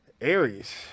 Aries